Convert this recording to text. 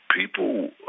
people